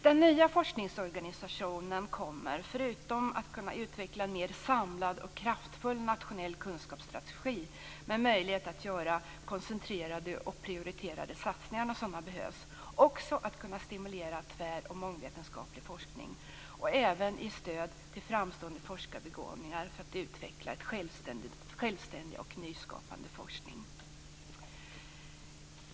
Den nya forskningsorganisationen kommer, förutom att kunna utveckla en mer samlad och kraftfull nationell kunskapsstrategi med möjlighet att göra koncentrerade och prioriterade satsningar när sådana behövs, också att kunna stimulera tvär och mångvetenskaplig forskning och även ge stöd till framstående forskarbegåvningar för att utveckla självständig och nyskapande forskning.